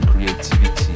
Creativity